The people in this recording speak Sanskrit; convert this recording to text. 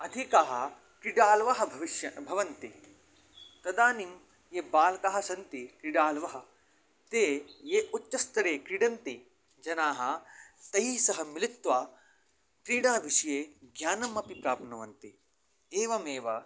अधिकाः क्रीडालवाः भविष्यन्ति भवन्ति तदानीं ये बालकाः सन्ति क्रीडालवाः ते ये उच्चस्तरे क्रीडन्ति जनाः तै सह मिलित्वा क्रीडा विषये ज्ञानमपि प्राप्नुवन्ति एवमेव